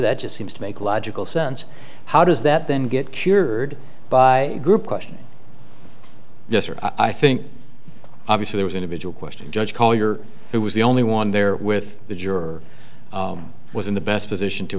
that just seems to make logical sense how does that then get cured by a group question i think obviously there was individual question judge collier who was the only one there with the juror was in the best position to